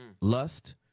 lust